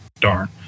darn